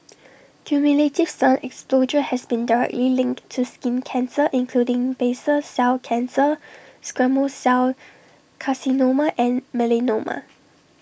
cumulative sun exposure has been directly linked to skin cancer including basal cell cancer squamous cell carcinoma and melanoma